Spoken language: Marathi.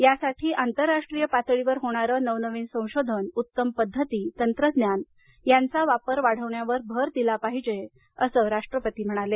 यासाठी आंतरराष्ट्रीय पातळीवर होणारे नवनवीन संशोधन उत्तम पद्धती तंत्रज्ञान यांचा वापर करण्यावर भर दिला पाहिजे असंही राष्ट्रपती म्हणाले